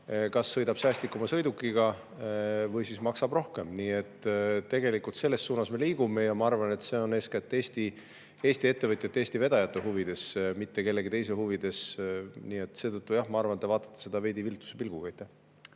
kas säästlikuma sõidukiga või maksab rohkem. Selles suunas me liigume ja ma arvan, et see on eeskätt Eesti ettevõtjate, Eesti vedajate huvides, mitte kellegi teise huvides. Seetõttu ma arvan, et te vaatate seda veidi viltuse pilguga.